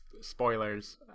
spoilers